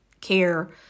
care